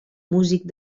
músic